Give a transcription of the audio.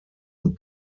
und